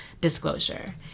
disclosure